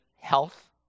health